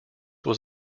was